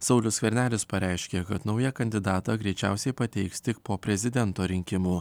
saulius skvernelis pareiškė kad naują kandidatą greičiausiai pateiks tik po prezidento rinkimų